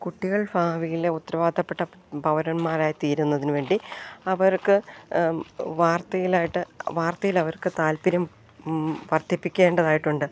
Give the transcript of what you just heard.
കുട്ടികൾ ഭാവിയിലെ ഉത്തരവാദിത്ത്വപ്പെട്ട പൗരന്മാരായി തീരുന്നതിനു വേണ്ടി അവർക്ക് വാർത്തയിലായിട്ട് വാർത്തയിലവർക്ക് താല്പര്യം വർദ്ധിപ്പിക്കേണ്ടതായിട്ടുണ്ട്